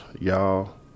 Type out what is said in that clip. Y'all